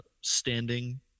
standing